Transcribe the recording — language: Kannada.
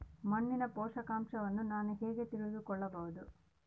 ಮಣ್ಣಿನ ಪೋಷಕಾಂಶವನ್ನು ನಾನು ಹೇಗೆ ತಿಳಿದುಕೊಳ್ಳಬಹುದು?